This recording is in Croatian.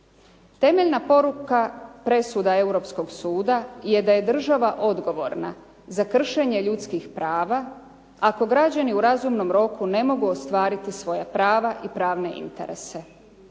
Temeljna poruka, presuda Europskog suda je da je država odgovorna za kršenje ljudskih prava ako građani u razumnom roku ne mogu ostvariti svoja prava i pravne interese.